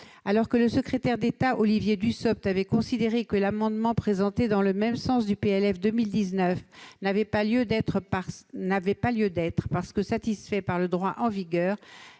Alors que le secrétaire d'État de l'époque, Olivier Dussopt, avait considéré que l'amendement présenté dans le même sens lors du PLF pour 2019 n'avait pas lieu d'être, parce que satisfait par le droit en vigueur,